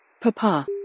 Papa